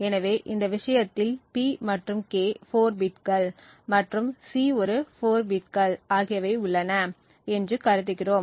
எனவே இந்த விஷயத்தில் P மற்றும் K 4 பிட்கள் மற்றும் C ஒரு 4 பிட்கள் ஆகியவை உள்ளன என்று கருதுகிறோம்